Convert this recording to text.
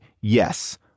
yes